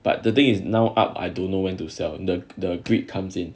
but the thing is now up I don't know when to sell the the greed comes in